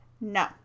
no